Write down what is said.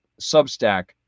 Substack